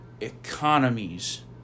economies